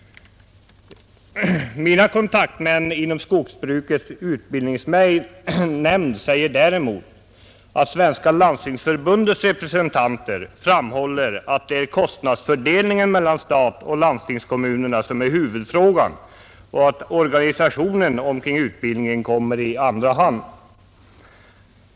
Mina kontaktmän inom skogsbrukets utbildningsnämnd säger däremot att Svenska landstingsförbundets representanter framhåller att det är kostnadsfördelningen mellan staten och landstingskommunerna som är huvudfrågan och att organisationen för utbildningen kommer i andra hand.